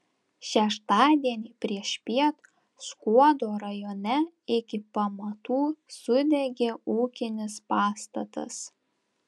šeštadienį priešpiet skuodo rajone iki pamatų sudegė ūkinis pastatas